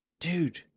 dude